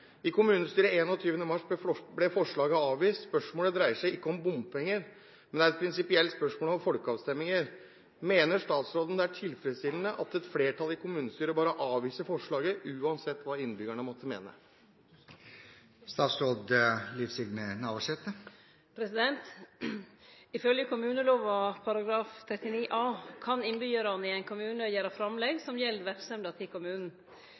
i kommuneloven § 39a for å kunne kreve behandling. I kommunestyret 21. mars ble forslaget avvist. Spørsmålet dreier seg ikke om bompenger, men er et prinsipielt spørsmål om folkeavstemninger. Mener statsråden det er tilfredsstillende at et flertall i kommunestyret bare avviser forslaget, uansett hva innbyggerne måtte mene?» Ifølgje kommunelova § 39a kan innbyggjarane gjere framlegg som gjeld verksemda til kommunen.